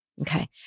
Okay